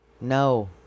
No